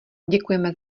děkujeme